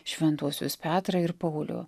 šventuosius petrą ir paulių